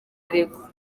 aregwa